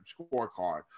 scorecard